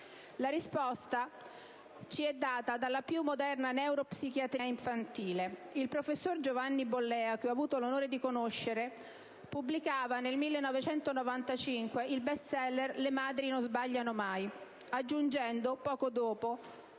La risposta ci è data dalla più moderna neuropsichiatria infantile. Il professor Giovanni Bollea, che ho avuto 1'onore di conoscere, pubblicava nel 1995 il *best seller* «Le madri non sbagliano mai», aggiungendo poco dopo: